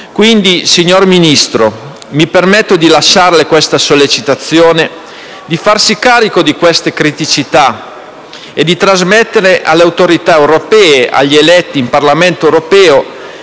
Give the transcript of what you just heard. quindi, signor Ministro, di lasciarle questa sollecitazione a farsi carico di tali criticità e a trasmetterle alle autorità europee e agli eletti nel Parlamento europeo,